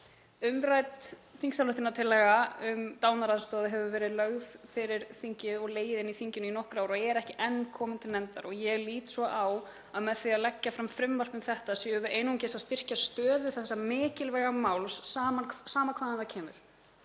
Umrædd þingsályktunartillaga um dánaraðstoð hefur verið lögð fyrir þingið og legið í þinginu í nokkur ár og er ekki enn komin til nefndar. Ég lít svo á að með því að leggja fram frumvarp um þetta séum við einungis að styrkja stöðu þessa mikilvæga máls sama hvaðan það kemur.